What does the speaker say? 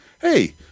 hey